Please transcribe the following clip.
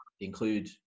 include